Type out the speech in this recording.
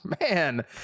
Man